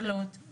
גדולות.